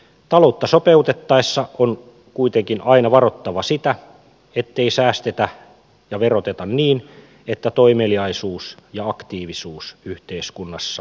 taloutta sopeutettaessa on kuitenkin aina varottava sitä ettei säästetä ja veroteta niin että toimeliaisuus ja aktiivisuus yhteiskunnassa lerpsahtavat